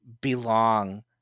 belong